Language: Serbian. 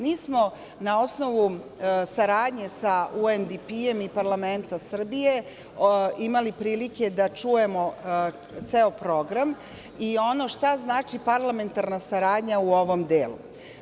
Mi smo na osnovu saradnje UNDP-a i parlamenta Srbije imali prilike da čujemo ceo program i ono šta znači parlamentarna saradnja u ovom delu.